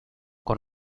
con